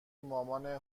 مامان